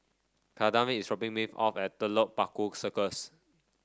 Kadeem is dropping me off at Telok Paku Circus